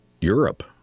Europe